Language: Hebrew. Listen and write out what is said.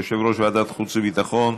יושב-ראש ועדת חוץ וביטחון,